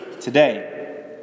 today